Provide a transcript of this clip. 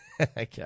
Okay